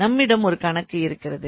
நம்மிடம் ஒரு கணக்கு இருக்கிறது